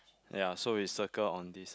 ya so you circle on this